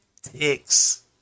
ticks